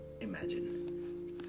imagine